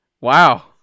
Wow